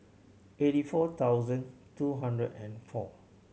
eighty four thousand two hundred and four